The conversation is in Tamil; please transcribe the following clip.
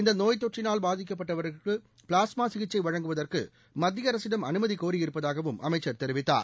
இந்த நோய் தொற்றினால் பாதிக்கப்பட்டவர்களுக்கு பிளாஸ்மா சிகிச்சை வழங்குவதற்கு மத்திய அரசிடம் அனுமதி கோரியிருப்பதாகவும் அமைச்சர் தெரிவித்தார்